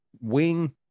wing